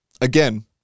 again